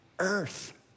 earth